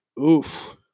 oof